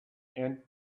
and